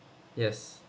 yes